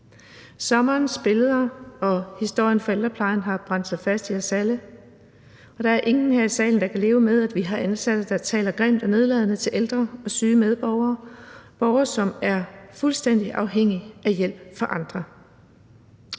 Sommerens billeder og historien fra ældreplejen har brændt sig fast i os alle. Der er ingen her i salen, der kan leve med, der er ansatte, der taler grimt og nedladende til ældre og syge medborgere – borgere, som er fuldstændig afhængige af hjælp fra andre.